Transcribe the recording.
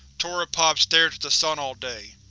toropov stares at the sun all day.